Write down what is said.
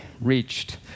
reached